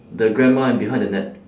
the grandma and behind the net